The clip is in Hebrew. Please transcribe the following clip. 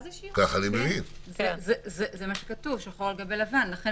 אני לא חושב שיצאנו עם תשובה ברורה למה לגבי הפנימיות ולגבי ההכשרה